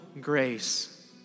grace